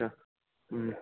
हम्म